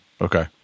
Okay